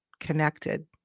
connected